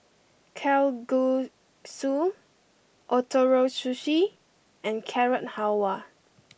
Kalguksu Ootoro Sushi and Carrot Halwa